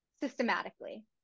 systematically